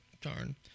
Darn